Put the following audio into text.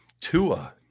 Tua